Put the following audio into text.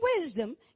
wisdom